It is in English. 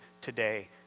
today